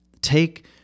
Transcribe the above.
Take